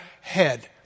head